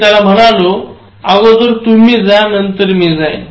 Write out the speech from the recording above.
मी त्याला म्हणालो अगोदर तुम्ही जा त्यांनतर मी जाईन